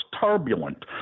turbulent